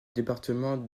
département